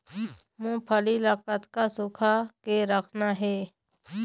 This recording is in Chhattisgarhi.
मूंगफली ला कतक सूखा के रखना हे?